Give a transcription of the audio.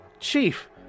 Chief